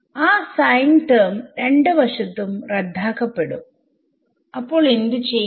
ആ sine term രണ്ട് വശത്തും റദ്ധാക്കപ്പെടും അപ്പോൾ എന്ത് ചെയ്യും